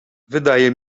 wydaje